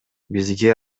бизге